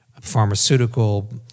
pharmaceutical